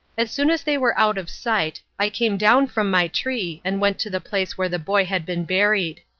as soon as they were out of sight, i came down from my tree, and went to the place where the boy had been buried.